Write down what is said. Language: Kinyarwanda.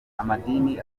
amadini